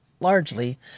largely